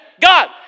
God